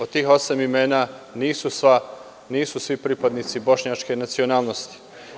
Od tih osam imena, nisu svi pripadnici bošnjačke nacionalnosti.